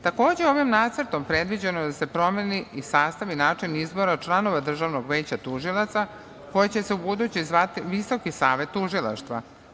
Takođe, ovim nacrtom predviđeno je da se promeni i sastav i način izbora članova Državnog veća tužilaca koje će se ubuduće zvati Visoki savet tužilaštva.